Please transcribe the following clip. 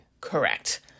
Correct